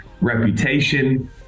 reputation